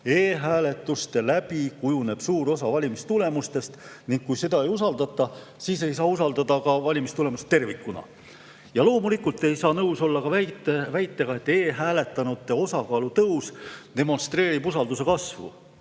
E‑hääletuse teel kujuneb suur osa valimistulemustest ning kui seda ei usaldata, siis ei saa usaldada ka valimistulemusi tervikuna. Loomulikult ei saa nõus olla ka väitega, nagu e‑hääletanute osakaalu tõus demonstreeriks usalduse kasvu.